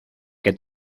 que